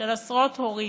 של עשרות הורים,